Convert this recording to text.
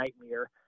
nightmare